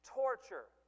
torture